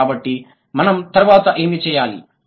కాబట్టి మనం తరువాత ఏమి చేయాలి